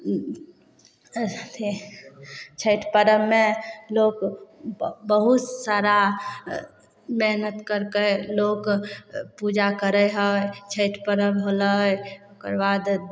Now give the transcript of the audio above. छठि परर्वमे लोक बहुत सारा मेहनत करिके लोग पूजा करय हइ छठि पर्व होलय ओकर बाद